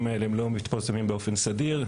האלה הם לא מתפרסמים באופן סדיר.